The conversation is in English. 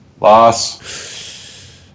Loss